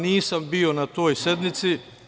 Nisam bio na toj sednici.